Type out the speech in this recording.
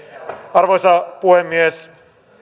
arvoisa puhemies